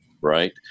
right